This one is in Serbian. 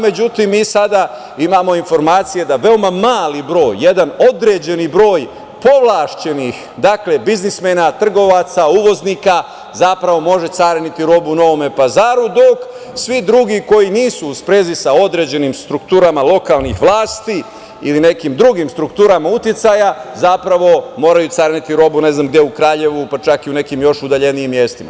Međutim, mi sada imamo informacije da veoma mali broj, jedan određeni broj povlašćenih biznismena, trgovaca, uvoznika može cariniti robu u Novom Pazaru, dok svi drugi, koji nisu u sprezi sa određenim strukturama lokalnih vlasti ili nekim drugim strukturama uticaja, moraju cariniti robu, ne znam gde, u Kraljevu, pa čak i u nekim još udaljenijim mestima.